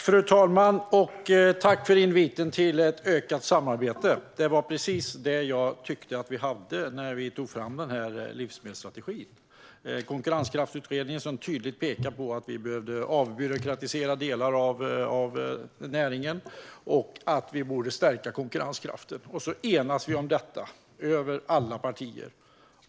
Fru talman! Tack för inviten till ett ökat samarbete! Det var precis det jag tyckte att vi hade när vi tog fram den här livsmedelsstrategin. Konkurrenskraftsutredningen pekade tydligt på att vi behövde avbyråkratisera delar av näringen och att vi borde stärka konkurrenskraften. Det enades vi om över alla partier,